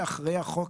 כל הכבוד.